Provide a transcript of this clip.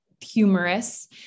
humorous